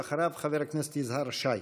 אחריו, חבר הכנסת יזהר שי.